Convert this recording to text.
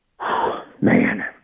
man